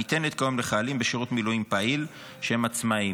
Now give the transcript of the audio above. הניתנת כיום לחיילים בשירות מילואים פעיל שהם עצמאים.